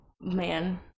man